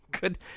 Good